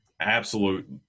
absolute